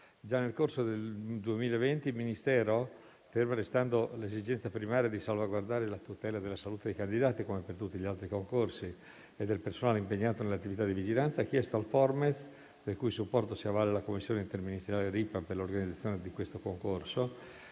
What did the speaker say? Già nel corso del 2020 il Ministero, ferma restando l'esigenza primaria di salvaguardare la tutela della salute dei candidati, come per tutti gli altri concorsi, e del personale impegnato nelle attività di vigilanza, ha chiesto al Formez, del cui supporto si avvale la commissione interministeriale per l'attivazione del progetto